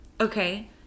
Okay